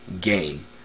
game